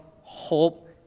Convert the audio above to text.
hope